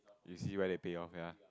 you see whether you pay off ya